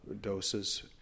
doses